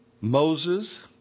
Moses